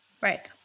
right